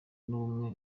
n’ubumwe